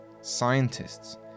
scientists